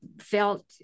felt